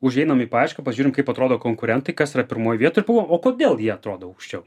užeinam į paiešką pažiūrim kaip atrodo konkurentai kas yra pirmoj vietoj ir pagalvojam o kodėl jie atrodo aukščiau